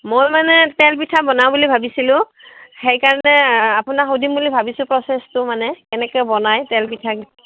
মই মানে তেল পিঠা বনাওঁ বুলি ভাবিছিলোঁ সেইকাৰণে আ আপোনাক সুধিম বুলি ভাবিছোঁ প্ৰচেচটো মানে কেনেকে বনাই তেল পিঠা